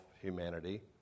humanity